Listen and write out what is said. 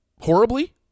horribly